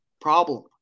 problem